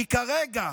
כי כרגע